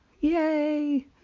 Yay